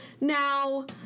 Now